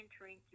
entering